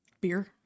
beer